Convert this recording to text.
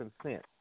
consent